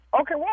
Okay